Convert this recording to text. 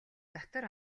дотор